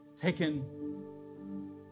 taken